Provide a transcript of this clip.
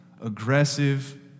aggressive